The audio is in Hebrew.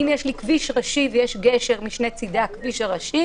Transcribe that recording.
אם יש כביש ראשי ויש גשר משני צידי הכביש הראשי